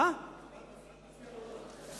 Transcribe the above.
נקטת סנקציות?